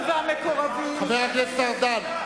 היא מסיתה נגד המפלגה, חבר הכנסת ארדן,